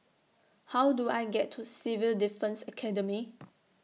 How Do I get to Civil Defence Academy